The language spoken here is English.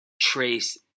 trace